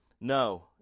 No